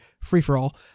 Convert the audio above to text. free-for-all